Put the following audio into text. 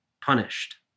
punished